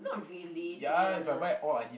not really to be honest